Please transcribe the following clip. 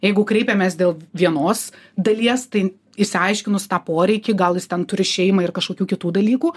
jeigu kreipiamės dėl vienos dalies tai išsiaiškinus tą poreikį gal jis ten turi šeimą ir kažkokių kitų dalykų